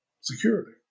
security